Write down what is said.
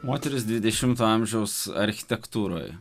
moterys dvidešimto amžiaus architektūroje